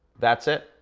that's it,